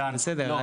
בסדר,